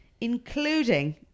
including